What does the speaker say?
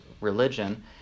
religion